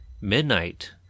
midnight